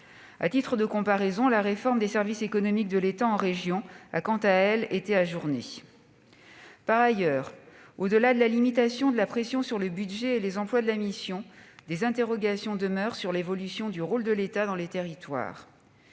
À titre de comparaison, la réforme des services économiques de l'État en région a, quant à elle, été ajournée ! Par ailleurs, au-delà de la limitation de la pression sur le budget et les emplois de la mission, des interrogations demeurent sur l'évolution du rôle de l'État dans les territoires.